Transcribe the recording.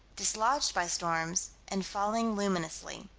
dislodged by storms, and falling luminously.